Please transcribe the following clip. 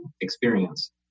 experience